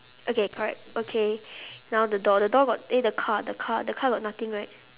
okay correct okay now the door the door got eh the car the car got nothing right